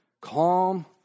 calm